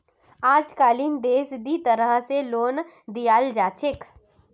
अजकालित देशत दी तरह स लोन दियाल जा छेक